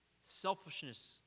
Selfishness